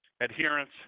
adherence